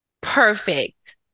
Perfect